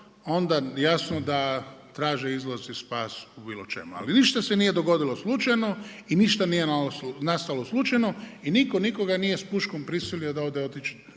onda jasno da traže izlaz i spas u bilo čemu. Ali ništa se nije dogodilo slučajno i ništa nije nastalo slučajno i niko nikoga nije s puškom prisilio da ode dignut